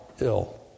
ill